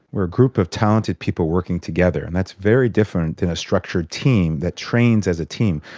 we are a group of talented people working together, and that's very different than a structured team that trains as a team.